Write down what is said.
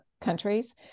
countries